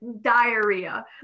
diarrhea